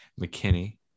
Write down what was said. McKinney